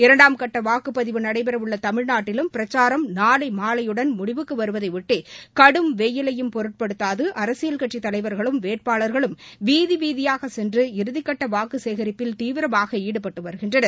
இரண்டாம் கட்ட வாக்குப்பதிவு நடைபெறவுள்ள தமிழ்நாட்டிலும் பிரச்சாரம் நாளை மாலையுடன் வருவதையாட்டி கடும் வெய்யிலையும் பொருட்படுத்தாது அரசியல் தலைவர்களும் முடிவுக்கு வேட்பாளர்களும் வீதி வீதியாக சென்று இறுதி கட்ட வாக்குசேகிப்பில் தீவிரமாக ஈடுபட்டு வருகின்றனர்